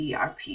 ERP